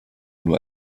nur